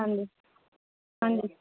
ਹਾਂਜੀ ਹਾਂਜੀ